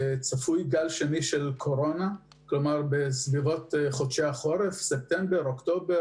צפוי גל שני של קורונה בסביבות חודשי החורף הקרוב.